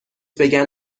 بگن